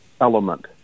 element